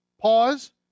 pause